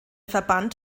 verband